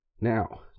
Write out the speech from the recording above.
Now